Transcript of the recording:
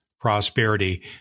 prosperity